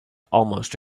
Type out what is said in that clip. almost